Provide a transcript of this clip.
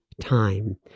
time